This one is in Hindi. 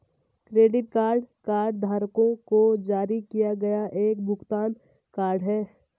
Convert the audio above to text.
क्रेडिट कार्ड कार्डधारकों को जारी किया गया एक भुगतान कार्ड है